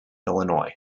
illinois